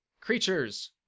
Creatures